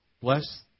Bless